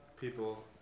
people